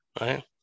right